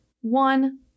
One